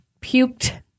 puked